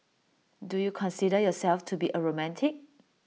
do you consider yourself to be A romantic